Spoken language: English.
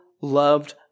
loved